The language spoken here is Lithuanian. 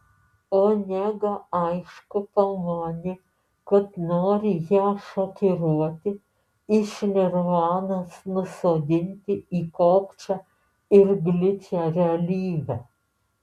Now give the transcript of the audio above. onega aišku pamanė kad noriu ją šokiruoti iš nirvanos nusodinti į kokčią ir gličią realybę